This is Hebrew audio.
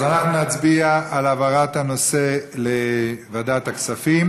אז אנחנו נצביע על העברת הנושא לוועדת הכספים.